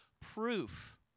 proof